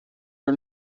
are